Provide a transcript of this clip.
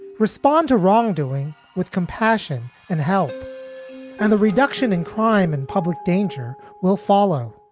respond to wrongdoing with compassion and help and the reduction in crime in public danger will follow